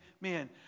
man